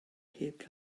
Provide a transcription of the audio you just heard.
heb